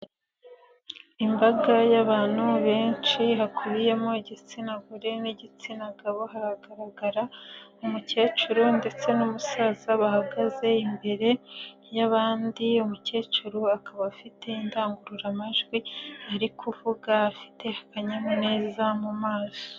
Imbaga y'abantu benshi hakubiyemo igitsina gore n'igitsina gabo, hagaragara umukecuru ndetse n'umusaza bahagaze imbere y'abandi, umukecuru akaba afite indangururamajwi ari kuvuga afite akanyamuneza mu maso.